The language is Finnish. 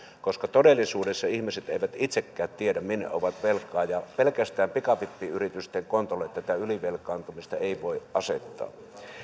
koska todellisuudessa ihmiset eivät itsekään tiedä minne ovat velkaa ja pelkästään pikavippiyritysten kontolle tätä ylivelkaantumista ei voi asettaa